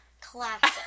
classic